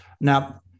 Now